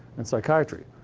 and psychiatry.